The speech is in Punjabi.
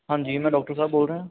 ਹਾਂਜੀ ਮੈਂ ਡੋਕਟਰ ਸਾਹਿਬ ਬੋਲ ਰਿਹਾ ਹਾਂ